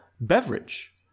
beverage